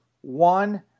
one